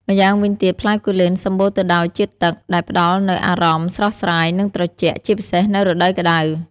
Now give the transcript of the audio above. ម្យ៉ាងវិញទៀត ផ្លែគូលែនសម្បូរទៅដោយជាតិទឹក ដែលផ្ដល់នូវអារម្មណ៍ ស្រស់ស្រាយ និងត្រជាក់ ជាពិសេសនៅរដូវក្ដៅ។